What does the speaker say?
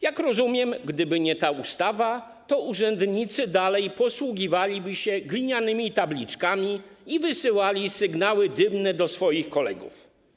Jak rozumiem, gdyby nie ta ustawa, to urzędnicy nadal posługiwaliby się glinianymi tabliczkami i wysyłaliby sygnały dymne do swoich kolegów.